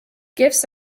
gifts